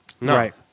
Right